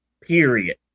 Period